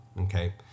okay